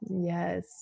Yes